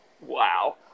wow